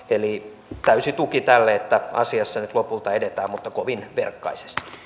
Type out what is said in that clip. eli täysi tuki tälle että asiassa nyt lopulta edetään mutta kovin verkkaisesti